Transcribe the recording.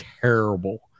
terrible